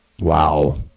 wow